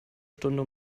stunde